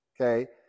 Okay